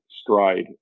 Stride